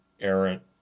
errant